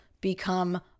become